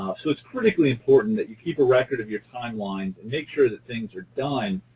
so it's critically important that you keep a record of your timeline and make sure that things are done